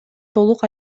толук